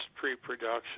pre-production